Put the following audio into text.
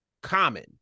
common